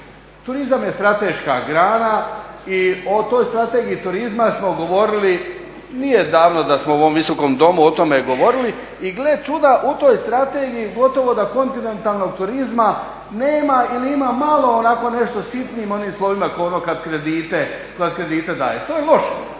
Turizam je strateška grana i o toj Strategiji turizma smo govorili, nije davno da smo u ovom Visokom domu o tome govorili, i gle čuda u toj strategiji gotovo da kontinentalnog turizma nema ili ima malo onako nešto sitnim onim slovima kao ono kad kredite dajemo. To je loše,